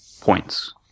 points